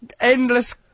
endless